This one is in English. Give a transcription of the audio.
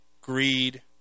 greed